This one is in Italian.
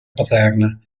paterna